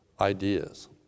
ideas